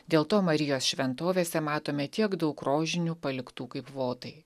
dėl to marijos šventovėse matome tiek daug rožinių paliktų kaip votai